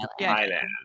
Thailand